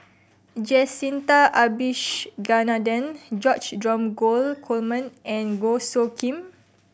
Jacintha Abisheganaden George Dromgold Coleman and Goh Soo Khim